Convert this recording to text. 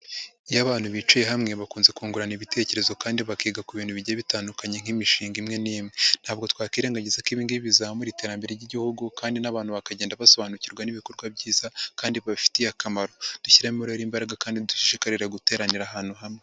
Iyo abantu bicaye hamwe bakunze kungurana ibitekerezo kandi bakiga ku bintu bigiye bitandukanye nk'imishinga imwe n'imwe, ntabwo twakwirengagiza ko ibi ngibi bizamura iterambere ry'Igihugu kandi n'abantu bakagenda basobanukirwa n'ibikorwa byiza kandi bibafitiye akamaro, dushyiremo rero imbaraga kandi dushishikarira guteranira ahantu hamwe.